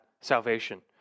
salvation